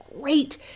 great